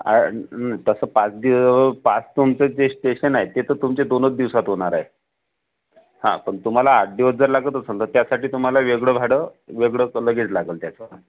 तस पाच दिवस पाच तुमचे जे स्टेशन आहे ते तर तुमचे दोनच दिवसात होणार आहेत हाव पण तुम्हाला जर आठ दिवस लागत असेल तर त्या साठी तुम्हाला वेगळं भाडं वेगळं लगेच त्याच